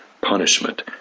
punishment